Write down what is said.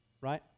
Right